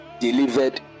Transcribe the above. delivered